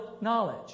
knowledge